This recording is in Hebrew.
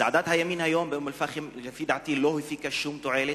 צעדת הימין היום באום-אל-פחם לפי דעתי לא הביאה שום תועלת,